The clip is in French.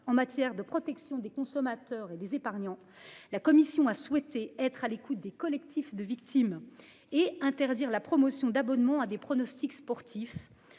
en matière de protection des consommateurs et des épargnants. La commission a souhaité être à l'écoute des collectifs de victimes et interdire la promotion d'abonnement à des pronostics sportifs